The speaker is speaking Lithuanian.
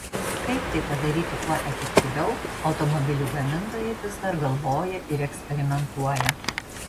kaip tai padaryti kuo efektyviau automobilių gamintojai vis dar galvoja ir eksperimentuoja